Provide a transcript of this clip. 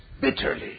Bitterly